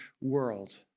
world